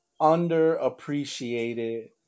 underappreciated